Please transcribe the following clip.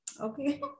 Okay